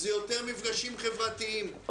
זה יותר מפגשים חברתיים,